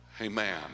Amen